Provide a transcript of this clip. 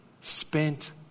spent